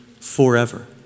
forever